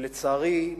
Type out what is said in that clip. ולצערי,